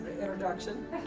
introduction